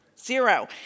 Zero